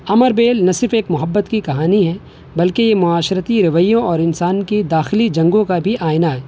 امر بیل نہ صرف ایک محبت کی کہانی ہے بلکہ یہ معاشرتی رویوں اور انسان کی داخلی جنگوں کا بھی آئینہ ہے